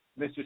Mr